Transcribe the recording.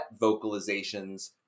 vocalizations